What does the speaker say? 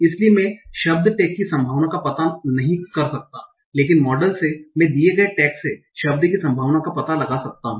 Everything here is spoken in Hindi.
इसलिए मैं शब्द टैग की संभावना का पता नहीं कर सकता है लेकिन मॉडल से मैं दिए गए टैग से शब्द की संभावना का पता लगा सकता हूं